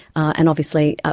and obviously,